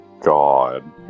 god